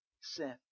sin